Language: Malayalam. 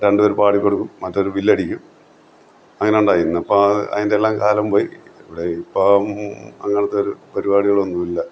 രണ്ട് പേര് പാടി കൊടുക്കും മറ്റവർ വില്ലടിക്കും അങ്ങനെയുണ്ടായിരുന്നു ഇന്ന് ഇപ്പം അതിൻ്റെ എല്ലാം കാലം പോയി ഇവിടെ ഇപ്പം അങ്ങനത്തെ ഒരു പരിപാടികളൊന്നുമില്ല